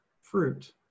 fruit